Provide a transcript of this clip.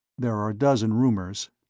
there are a dozen rumors.